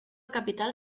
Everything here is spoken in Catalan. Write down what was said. capital